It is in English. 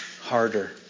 harder